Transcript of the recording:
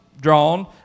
drawn